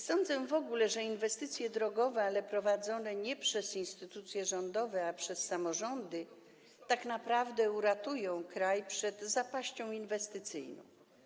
Sądzę w ogóle, że inwestycje drogowe - ale te prowadzone nie przez instytucje rządowe, ale przez samorządy - tak naprawdę uratują kraj przed zapaścią inwestycyjną.